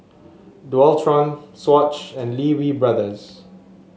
Dualtron Swatch and Lee Wee Brothers